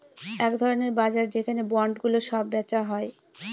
এক ধরনের বাজার যেখানে বন্ডগুলো সব বেচা হয়